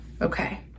Okay